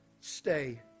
stay